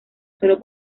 solo